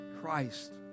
Christ